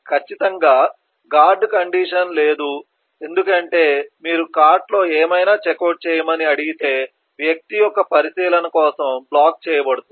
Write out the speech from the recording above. ఖచ్చితంగా guard condition లేదు ఎందుకంటే మీరు కార్ట్ లో ఏమైనా చెక్అవుట్ చేయమని అడిగితే వ్యక్తి యొక్క పరిశీలన కోసం బ్లాక్ చేయబడుతుంది